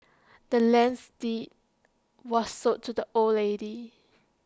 the land's deed was sold to the old lady